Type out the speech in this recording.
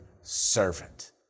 servant